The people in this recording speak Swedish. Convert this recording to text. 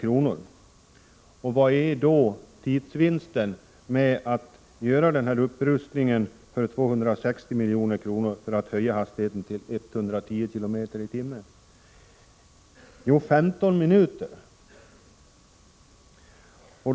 Vilken är då tidsvinsten med att göra den här upprustningen för de 260 miljonerna för att höja hastigheten till 110 km/tim? Jo, 15 minuter.